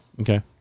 Okay